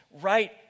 right